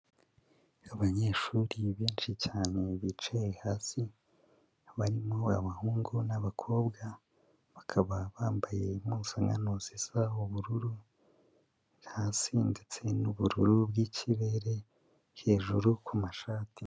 Abanyeshuri benshi cyane bicaye hasi barimo abahungu n'abakobwa, bakaba bambaye impuzankano zisa ubururu hasi ndetse n'ubururu bw'ikirere hejuru ku mashati.